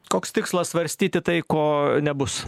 koks tikslas svarstyti tai ko nebus